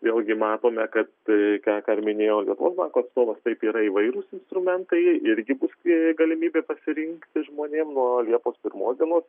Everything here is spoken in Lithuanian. vėlgi matome kad ką ką ir minėjo lietuvos banko atstovas taip yra įvairūs instrumentai irgi bus galimybė pasirinkti žmonėm nuo liepos pirmos dienos